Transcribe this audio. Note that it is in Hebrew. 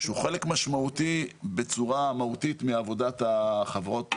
שהוא חלק משמעותי בצורה מהותית מעבודת החברות שלנו,